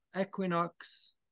equinox